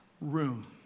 room